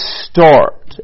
start